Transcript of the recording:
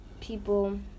people